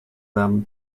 them